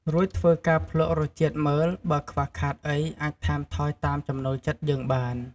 រួចធ្វើការភ្លក្សរសជាតិមើលបើខ្វះខាតអីអាចថែមថយតាមចំណូលចិត្តយើងបាន។